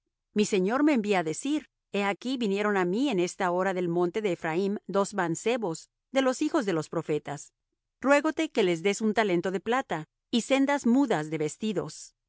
mi señor me envía á decir he aquí vinieron á mí en esta hora del monte de ephraim dos mancebos de los hijos de los profetas ruégote que les des un talento de plata y sendas mudas de vestidos